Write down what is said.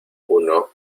uno